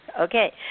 Okay